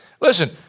Listen